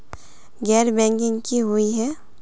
गैर बैंकिंग की हुई है?